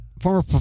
former